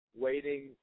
waiting